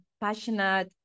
passionate